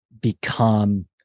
become